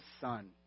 son